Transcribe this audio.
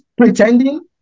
pretending